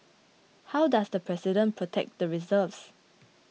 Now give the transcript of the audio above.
how does the President protect the reserves